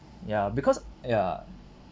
ya because ya